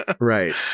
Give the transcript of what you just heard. Right